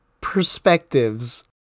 perspectives